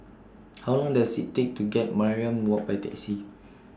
How Long Does IT Take to get to Mariam Walk By Taxi